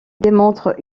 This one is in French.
démontre